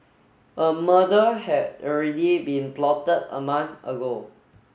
a murder had already been plotted a month ago